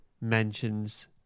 mentions